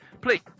Please